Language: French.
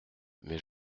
mais